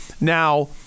Now